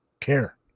care